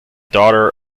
daughter